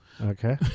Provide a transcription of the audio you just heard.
Okay